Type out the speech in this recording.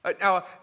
Now